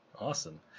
Awesome